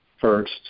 first